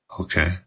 okay